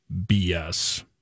BS